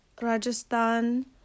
Rajasthan